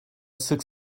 sık